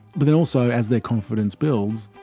but then also as their confidence builds,